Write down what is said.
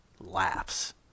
laughs